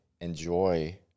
enjoy